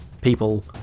people